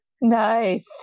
Nice